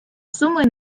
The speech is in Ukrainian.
суми